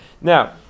Now